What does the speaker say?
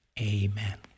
amen